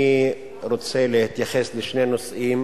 אני רוצה להתייחס לשני נושאים.